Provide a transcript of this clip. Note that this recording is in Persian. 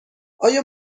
آیا